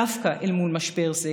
דווקא אל מול משבר זה,